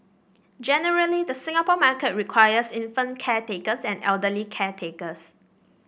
generally the Singapore market requires infant caretakers and elderly caretakers